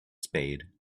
spade